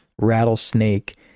rattlesnake